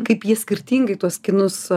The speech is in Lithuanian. kaip ji skirtingai tuos kinus